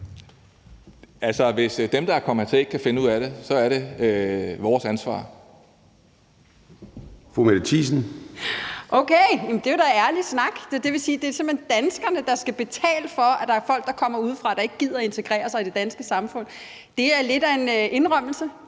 (V): Hvis dem, der er kommet hertil, ikke kan finde ud af det, så er det vores ansvar. Kl. 10:24 Formanden (Søren Gade): Fru Mette Thiesen. Kl. 10:24 Mette Thiesen (DF): Okay! Det er da ærlig snak. Så det vil sige, at det simpelt hen er danskerne, der skal betale for, at der er folk, der kommer udefra, som ikke gider at integrere sig i det danske samfund. Det er lidt af en indrømmelse.